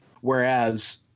Whereas